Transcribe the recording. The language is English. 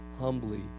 humbly